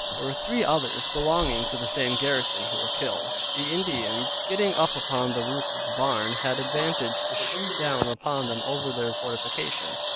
there were three others belonging to the same garrison who were killed the indians getting up upon the roof of the barn, had advantage to shoot down upon them over their fortification.